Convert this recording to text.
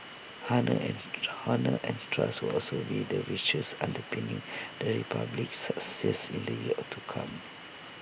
honour and trust will also be the virtues underpinning the republic's success in the years or to come